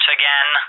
again